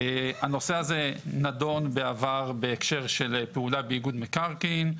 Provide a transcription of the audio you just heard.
הנושא הזה נדון בעבר בהקשר של פעולה באיגוד מקרקעין,